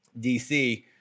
DC